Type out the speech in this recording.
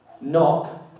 Knock